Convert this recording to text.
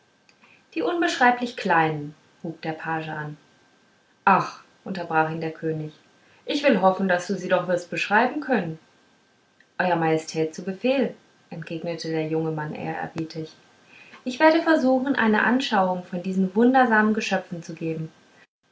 die unbeschreiblich kleinen hub der page an ach unterbrach ihn der könig ich will hoffen daß du sie doch wirst beschreiben können euer majestät zu befehl entgegnete der junge mann ehrerbietig ich werde versuchen eine anschauung von diesen wundersamen geschöpfen zu geben